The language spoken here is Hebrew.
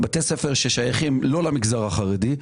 בתי ספר ששייכים לא למגזר החרדי,